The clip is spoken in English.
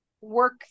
work